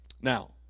now